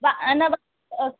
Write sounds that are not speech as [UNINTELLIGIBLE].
[UNINTELLIGIBLE]